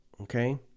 Okay